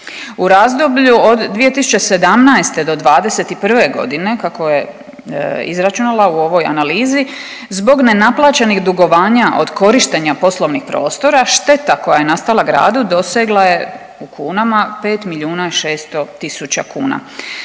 U razdoblju od 2017. do 2021. godine kako je izračunala u ovoj analizi zbog nenaplaćenih dugovanja od korištenja poslovnih prostora šteta koja je nastala gradu dosegla je u kunama 5 milijuna i 600 000 kuna.